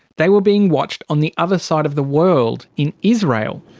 they were being watched on the other side of the world in israel.